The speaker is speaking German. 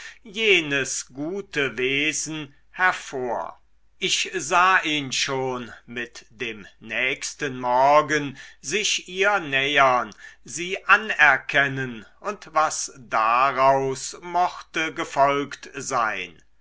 jenes gute wesen hervor ich sah ihn schon mit dem nächsten morgen sich ihr nähern sie anerkennen und was daraus mochte gefolgt sein